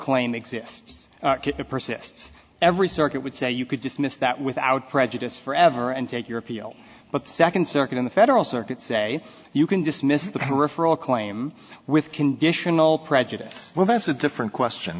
persists every circuit would say you could dismiss that without prejudice forever and take your appeal but the second circuit in the federal circuit say you can dismiss the peripheral claim with conditional prejudice well that's a different question